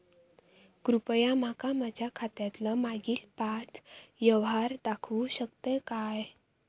कृपया माका माझ्या खात्यातलो मागील पाच यव्हहार दाखवु शकतय काय?